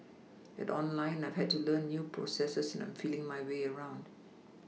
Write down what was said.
at online I have to learn new processes and am feeling my way around